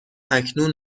اکنون